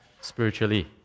spiritually